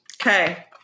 Okay